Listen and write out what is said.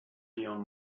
beyond